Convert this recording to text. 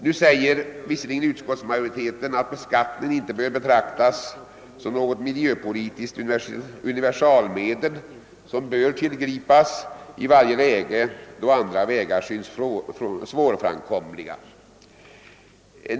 Visserligen säger utskottsmajoriteten, att beskattningen inte bör betraktas som något miljöpolitiskt universalmedel, som bör tillgripas i varje läge då andra vägar synes svårframkomliga.